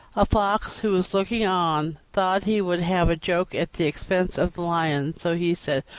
a fox, who was looking on, thought he would have a joke at the expense of the lion so he said,